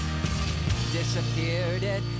disappeared